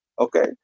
okay